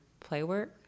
playwork